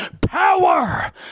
power